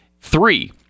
Three